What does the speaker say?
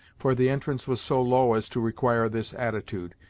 for the entrance was so low as to require this attitude,